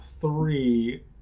three